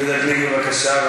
יהודה גליק, בבקשה,